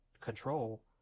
control